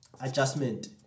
adjustment